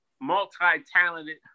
multi-talented